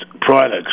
products